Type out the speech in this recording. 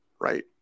right